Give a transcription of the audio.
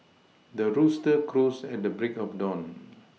the rooster crows at the break of dawn